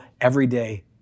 everyday